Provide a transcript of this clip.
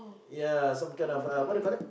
ya some kind of uh what do you call that